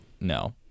No